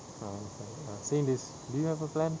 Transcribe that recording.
ah betul ah saying this do you have a plan